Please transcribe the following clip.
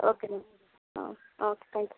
okay ma'am okay thank you